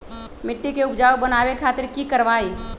मिट्टी के उपजाऊ बनावे खातिर की करवाई?